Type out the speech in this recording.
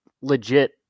legit